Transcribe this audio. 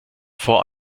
vor